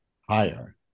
higher